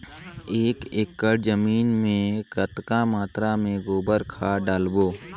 एक एकड़ जमीन मे कतेक मात्रा मे गोबर खाद डालबो?